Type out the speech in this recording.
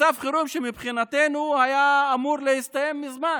מצב חירום שמבחינתנו היה אמור להסתיים מזמן.